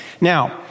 Now